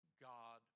God